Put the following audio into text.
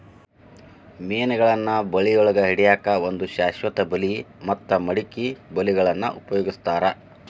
ಮೇನಗಳನ್ನ ಬಳಿಯೊಳಗ ಹಿಡ್ಯಾಕ್ ಒಂದು ಶಾಶ್ವತ ಬಲಿ ಮತ್ತ ಮಡಕಿ ಬಲಿಗಳನ್ನ ಉಪಯೋಗಸ್ತಾರ